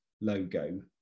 logo